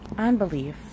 Unbelief